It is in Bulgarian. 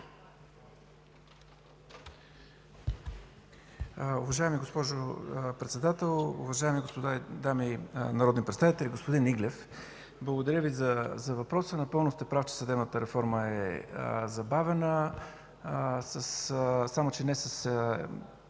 Уважаема госпожо Председател, уважаеми дами и господа народни представители, господин Иглев! Благодаря Ви за въпроса. Напълно сте прав, че съдебната реформа е забавена, само че не с